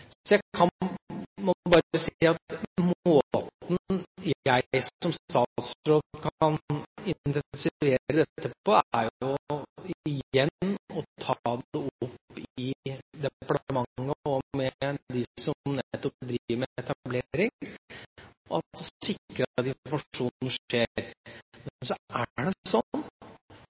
dette på, er igjen å ta det opp i departementet og med dem som nettopp driver med etablering, og sikre at informasjonen skjer. Men så er det sånn at vi har erfaring fra Kristiansand, bl.a., med overgangsboligetablering. Jeg er ikke sikker på om det